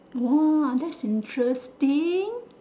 !wah! that's interesting